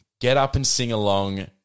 get-up-and-sing-along